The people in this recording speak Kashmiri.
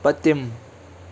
پٔتِم